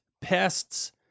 pests